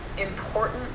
important